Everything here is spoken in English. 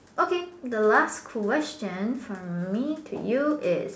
okay the last question from me to you is